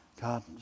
God